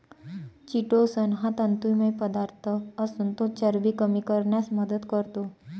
chitosan हा तंतुमय पदार्थ असून तो चरबी कमी करण्यास मदत करतो